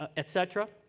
ah etc.